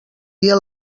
dia